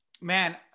Man